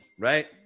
right